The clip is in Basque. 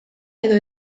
edo